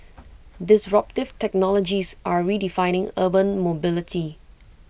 disruptive technologies are redefining urban mobility